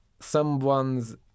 Someone's